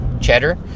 cheddar